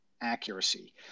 accuracy